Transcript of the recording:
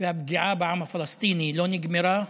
והפגיעה בעם הפלסטיני לא נגמרה.